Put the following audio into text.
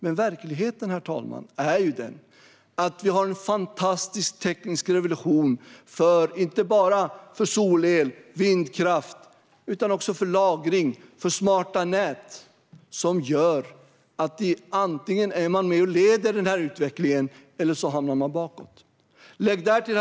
Men verkligheten är att vi har en fantastisk teknisk revolution, inte bara för solel och vindkraft utan också för lagring och för smarta nät. Och antingen är man med och leder denna utveckling eller också hamnar man bakom. Herr talman!